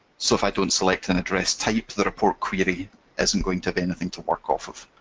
so if i don't select an address type the report query isn't going to be anything to work off of.